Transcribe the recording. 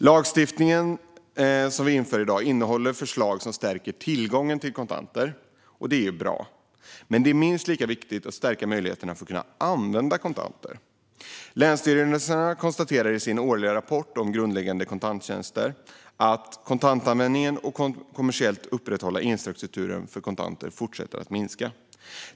Lagstiftningen som vi inför i dag innehåller förslag som stärker tillgången till kontanter. Det är bra, men det är minst lika viktigt att stärka möjligheterna att använda kontanter. Länsstyrelserna konstaterar i sin årliga rapport om grundläggande kontanttjänster att kontantanvändningen och den kommersiellt upprätthållna infrastrukturen för kontanter fortsätter att minska.